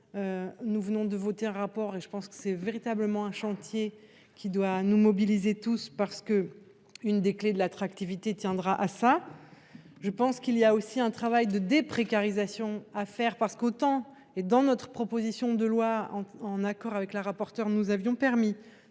Nous venons de voter un rapport et je pense que c'est véritablement un chantier qui doit nous mobiliser tous parce que une des clés de l'attractivité tiendra à ça. Je pense qu'il y a aussi un travail de déprécarisation à faire parce qu'autant et dans notre proposition de loi en accord avec la rapporteure nous avions permis